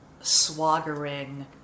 swaggering